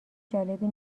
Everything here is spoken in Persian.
جالبی